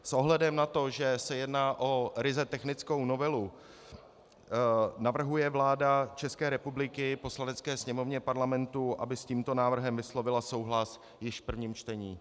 S ohledem na to, že se jedná o ryze technickou novelu, navrhuje vláda České republiky Poslanecké sněmovně Parlamentu, aby s tímto návrhem vyslovila souhlas již v prvním čtení.